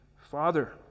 father